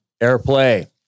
AirPlay